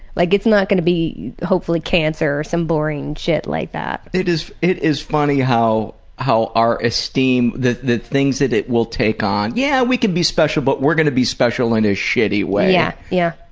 like it's not gonna be hopefully cancer or some boring shit like that. it is it is funny how how our esteem the the things that it will take on. yeah we can be special, but we're gonna be special in a shitty way. yeah. yeah,